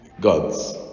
gods